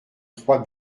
trois